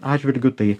atžvilgiu tai